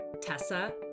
Tessa